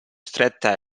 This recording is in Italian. stretta